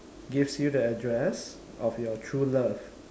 gives you the address of your true love